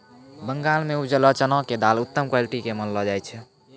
बंगाल मॅ उपजलो चना के दाल उत्तम क्वालिटी के मानलो जाय छै